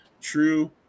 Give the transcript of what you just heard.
True